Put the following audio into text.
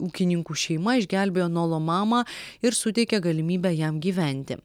ūkininkų šeima išgelbėjo nolo mamą ir suteikė galimybę jam gyventi